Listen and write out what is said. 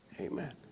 Amen